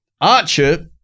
Archer